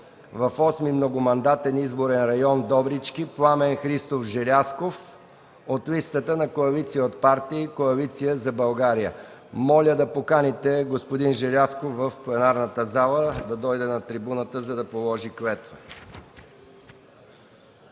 в 8. многомандатен избирателен район – Добрички, Пламен Христов Желязков от листата на коалиция от партии и Коалиция за България.” Моля да поканите господин Желязков в пленарната зала, за да положи клетва.